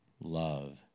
love